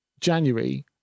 january